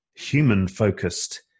human-focused